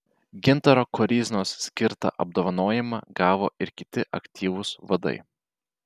gintaro koryznos skirtą apdovanojimą gavo ir kiti aktyvūs vadai